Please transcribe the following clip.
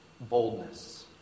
boldness